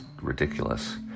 ridiculous